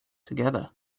together